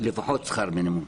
לפחות שכר מינימום.